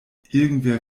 irgendwer